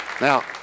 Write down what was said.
Now